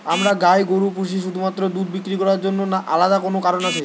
আমরা গাই গরু পুষি শুধুমাত্র দুধ বিক্রি করার জন্য না আলাদা কোনো কারণ আছে?